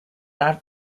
that